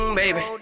baby